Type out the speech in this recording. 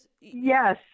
Yes